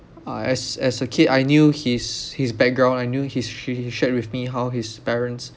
uh as as a kid I knew his his background I knew hes he shared with me how his parents